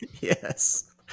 Yes